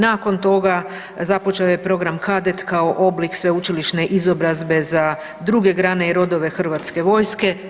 Nakon toga započeo je program kadet kao oblik sveučilišne izobrazbe za druge grane i rodove hrvatske vojske.